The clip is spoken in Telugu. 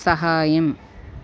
సహాయం